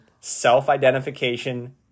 self-identification